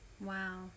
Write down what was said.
Wow